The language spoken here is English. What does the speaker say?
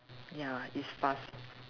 ya it's fast